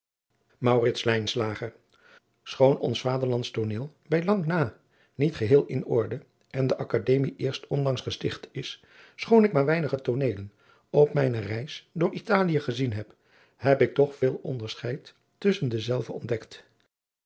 pzn het leven van maurits lijnslager landsch tooneel bijlang na niet geheel in orde en de akademie eerst onlangs gesticht is schoon ik maar weinige tooneelen op mijne reis door italie gezien heb heb ik toch veel onderscheid tusschen dezelve ontdekt